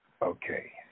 Okay